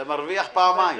אתה מרוויח פעמיים ...